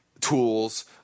tools